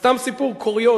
סתם סיפור קוריוז,